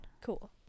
Cool